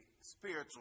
spiritual